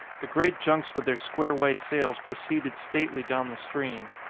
the great junks with their square white sails proceeded stately down the stream.